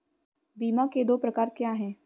बीमा के दो प्रकार क्या हैं?